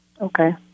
Okay